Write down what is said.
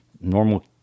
normal